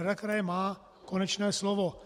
Rada kraje má konečné slovo.